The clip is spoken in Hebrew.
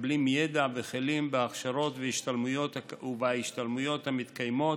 מקבלים ידע וכלים בהכשרות ובהשתלמויות המתקיימות,